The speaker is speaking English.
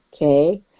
okay